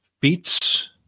beats